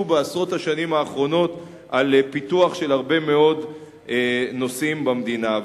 בעשרות השנים האחרונות על פיתוח של הרבה מאוד נושאים במדינה.